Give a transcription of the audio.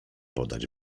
podać